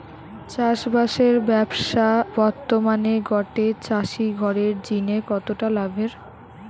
চাষবাসের ব্যাবসা বর্তমানে গটে চাষি ঘরের জিনে কতটা লাভের?